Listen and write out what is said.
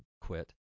quit